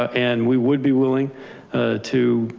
and we would be willing to,